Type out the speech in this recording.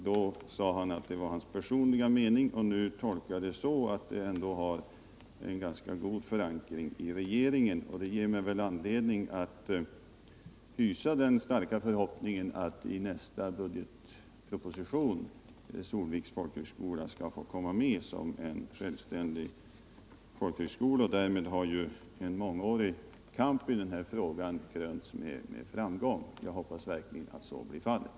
Då sade han att han gav uttryck för sin personliga mening, och jag tolkar det så att uttalandet i Lycksele har en ganska god förankring i regeringen. Det ger mig anledning att hysa den starka förhoppningen att Solviks folkhögskola skall få självständig ställning i samband med behandlingen av nästa budgetproposition. Därmed skulle en mångårig kamp i denna fråga krönas med framgång, och jag hoppas verkligen att så blir fallet.